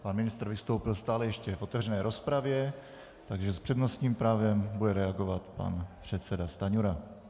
Pan ministr vystoupil ve stále ještě otevřené rozpravě, takže s přednostním právem bude reagovat pan předseda Stanjura.